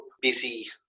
busy